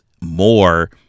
more